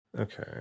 Okay